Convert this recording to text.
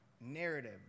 narrative